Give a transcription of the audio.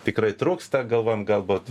tikrai trūksta galvojam galbūt